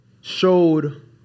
showed